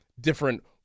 different